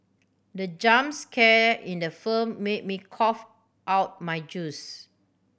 the jump scare in the film made me cough out my juice